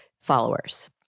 followers